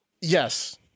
Yes